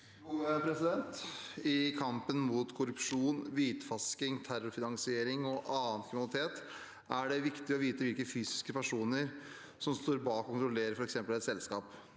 I kampen mot korrupsjon, hvitvasking, terrorfinansiering og annen kriminalitet er det viktig å vite hvilke fysiske personer som står bak og kontrollerer f.eks. et selskap.